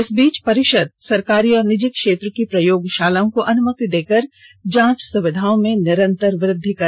इस बीच परिषद सरकारी और निजी क्षेत्र की प्रयोगशालाओं को अनुमति देकर जांच सुविधाओं में निरंतर वृद्धि कर रही है